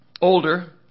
older